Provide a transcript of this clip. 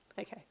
Okay